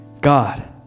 God